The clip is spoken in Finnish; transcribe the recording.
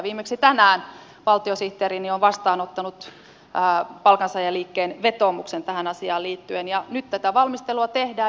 viimeksi tänään valtiosihteerini on vastaanottanut palkansaajaliikkeen vetoomuksen tähän asiaan liittyen ja nyt tätä valmistelua tehdään